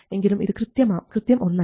എങ്കിലും ഇത് കൃത്യം ഒന്ന് അല്ല